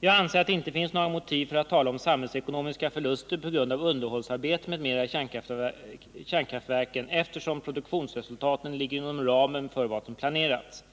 Jag anser att det inte finns några motiv för att tala om samhällsekonomiska förluster på grund av underhållsarbete m.m. i kärnkraftverken, eftersom produktionsresultaten ligger inom ramen för vad som planerats.